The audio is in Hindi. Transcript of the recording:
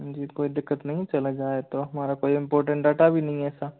जी कोई दिक्कत नहीं चला जाए तो हमारा कोई इंपोर्टेंट डाटा भी नहीं है ऐसा